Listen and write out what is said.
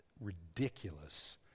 ridiculous